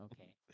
Okay